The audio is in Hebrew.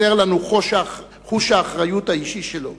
חסר לנו חוש האחריות האישי שלו.